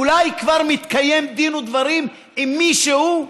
אולי כבר מתקיים דין ודברים עם מישהו.